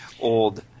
old